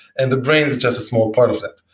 and the brain is just a small part of that.